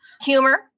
Humor